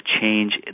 change